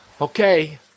Okay